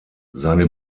seine